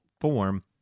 form